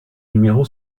numéro